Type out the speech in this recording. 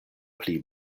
pli